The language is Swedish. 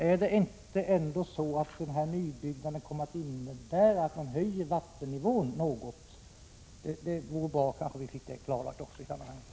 Förlåt min okunnighet, men är det inte så att den här nybyggnaden kommer att innebära att man höjer vattennivån något? Det vore bra om vi fick det klarlagt i det här sammanhanget.